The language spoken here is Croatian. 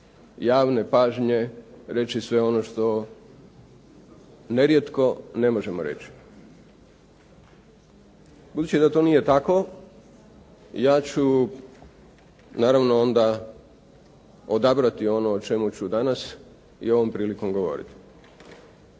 javne pažnje reći sve ono što nerijetko ne možemo reći. Budući da to nije tako, ja ću naravno onda odabrati ono o čemu ću danas i ovom prilikom govoriti.